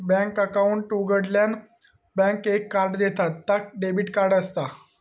bank account उघाडल्यार bank एक card देता ता डेबिट कार्ड असता